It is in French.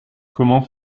comment